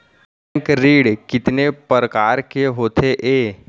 Bank ऋण कितने परकार के होथे ए?